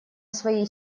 своей